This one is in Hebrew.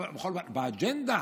אבל באג'נדה